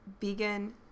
vegan